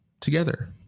together